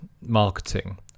marketing